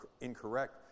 incorrect